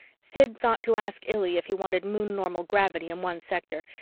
sid thought to ask illy if he wanted moon-normal gravity in one sector,